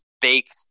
baked